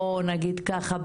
בוא נגיד ככה,